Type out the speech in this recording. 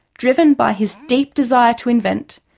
driven by his deep desire to invent,